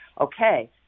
okay